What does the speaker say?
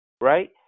right